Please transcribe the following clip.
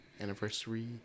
anniversary